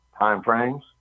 timeframes